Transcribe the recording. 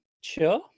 sure